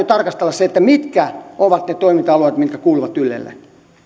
tarkastella mitkä ovat ne toiminta alueet mitkä kuuluvat ylelle